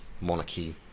monarchy